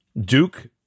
Duke